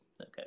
okay